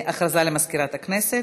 הודעה למזכירת הכנסת.